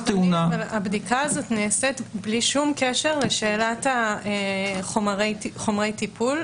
הבדיקה הזאת נעשית בלי שום קשר לשאלת חומרי טיפול.